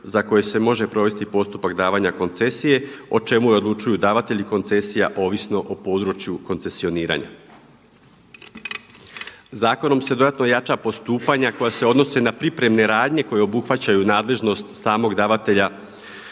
za koje se može provesti postupak davanja koncesije, o čemu odlučuju davatelji koncesija ovisno o području koncesioniranja. Zakonom se dodatno jača postupanja koja se odnose na pripremne radnje koje obuhvaćaju nadležnost samog davatelja